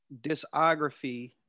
discography